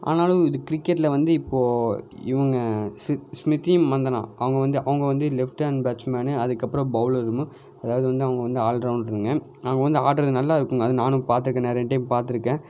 ஆனாலும் இது கிரிக்கெட்டில் வந்து இப்போ இவங்க சு ஸ்மித்தி மந்தனா அவங்க வந்து அவங்க வந்து லெஃப்ட் ஹேண்ட் பேட்சுமேனு அதுக்கப்புறம் பவுலருமு அதாவது வந்து அவங்க வந்து ஆல் ரவுண்டருங்க அவங்க வந்து ஆடுறது நல்லா இருக்குங்க அது நானும் பார்த்துருக்கேன் நிறைய டைம் பார்த்துருக்கேன்